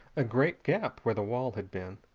a great gap, where the wall had been,